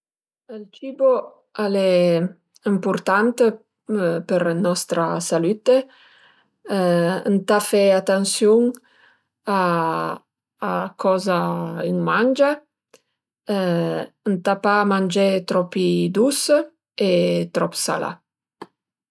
Ël cibo al e ëmpurtant për nostra salutte, ëntà fe atansiun a a coza ün mangia, ëntà pa mangé tropi dus e trop salà